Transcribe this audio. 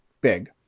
big